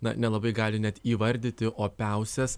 na nelabai gali net įvardyti opiausias